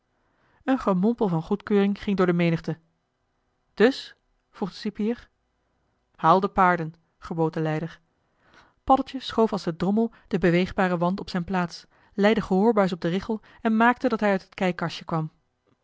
een gemompel van goedkeuring ging door de menigte dus vroeg de cipier haal de paarden gebood de leider paddeltje schoof als de drommel den beweegbaren wand op zijn plaats lei de gehoorbuis op de richel en maakte dat hij uit het kijkkastje kwam